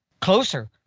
closer